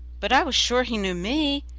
but i was sure he knew me,